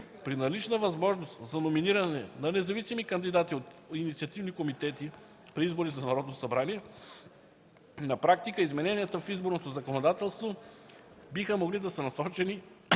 При налична възможност за номиниране на независими кандидати от инициативни комитети при избори за Народно събрание, на практика измененията в изборното законодателство биха могли да са насочени